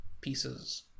pieces